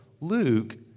Luke